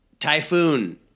Typhoon